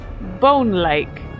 bone-like